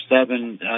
seven